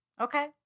Okay